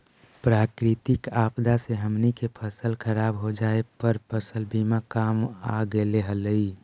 प्राकृतिक आपदा से हमनी के फसल खराब हो जाए पर फसल बीमा काम आ गेले हलई